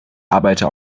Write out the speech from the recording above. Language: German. arbeiter